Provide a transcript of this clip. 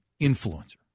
influencer